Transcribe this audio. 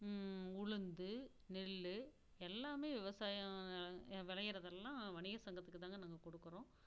உளுந்து நெல் எல்லாமே விவசாயம் விளையிறதெல்லாம் வணிகர் சங்கத்துக்கு தான்ங்க நாங்கள் கொடுக்குறோம்